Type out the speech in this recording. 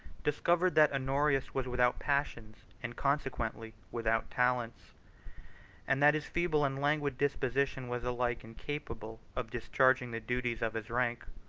discovered that honorius was without passions, and consequently without talents and that his feeble and languid disposition was alike incapable of discharging the duties of his rank,